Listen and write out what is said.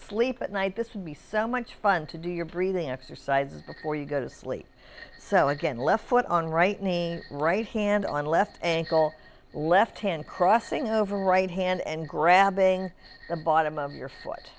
sleep at night this would be so much fun to do your breathing exercises before you go to sleep so again left foot on right knee right hand on left ankle left hand crossing over right hand and grabbing the bottom of your foot